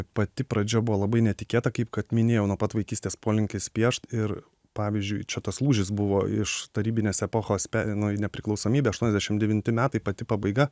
pati pradžia buvo labai netikėta kaip kad minėjau nuo pat vaikystės polinkis piešt ir pavyzdžiui čia tas lūžis buvo iš tarybinės epochos pe nu į nepriklausomybę aštuoniasdešim devinti metai pati pabaiga